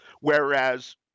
Whereas